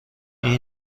این